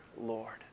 Lord